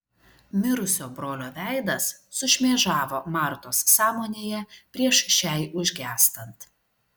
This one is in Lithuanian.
mirusio brolio veidas sušmėžavo martos sąmonėje prieš šiai užgęstant